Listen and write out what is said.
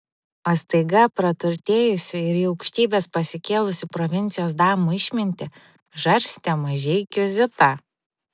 o staiga praturtėjusių ir į aukštybes pasikėlusių provincijos damų išmintį žarstė mažeikių zita